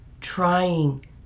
trying